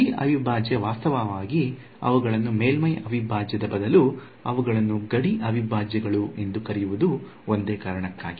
ಗಡಿ ಅವಿಭಾಜ್ಯ ವಾಸ್ತವವಾಗಿ ಅವುಗಳನ್ನು ಮೇಲ್ಮೈ ಅವಿಭಾಜ್ಯದ ಬದಲು ಇವುಗಳನ್ನು ಗಡಿ ಅವಿಭಾಜ್ಯಗಳು ಎಂದು ಕರೆಯುವುದನ್ನು ಒಂದೇ ಕಾರಣಕ್ಕಾಗಿ